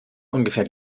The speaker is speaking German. ungefähr